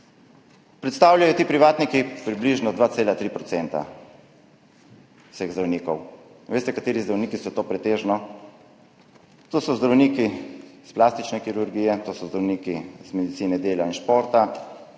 predstavljajo ti privatniki približno 2,3 % vseh zdravnikov. Veste, kateri zdravniki so to pretežno? To so zdravniki iz plastične kirurgije, to so zdravniki iz medicine dela in športa,